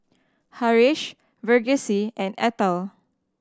Haresh Verghese and Atal